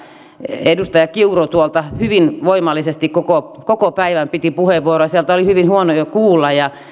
edustaja kiuru tuolta hyvin voimallisesti koko koko päivän piti puheenvuoroa sieltä oli hyvin huono jo kuulla ja